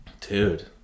dude